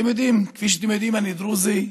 כפי שאתם יודעים, אני דרוזי,